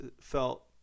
felt